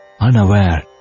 unaware